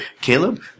Caleb